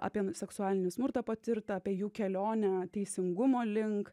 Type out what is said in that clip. apie seksualinį smurtą patirtą apie jų kelionę teisingumo link